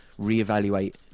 reevaluate